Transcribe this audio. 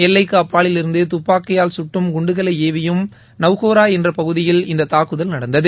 எல்லைக்கு அப்பாலில் இருந்து துப்பாக்கியால் சுட்டும் குண்டுகளை ஏவியும் நவ்ஷேரா என்ற பகுதியில் இந்த தாக்குதல் நடந்தது